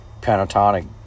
pentatonic